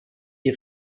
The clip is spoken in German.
die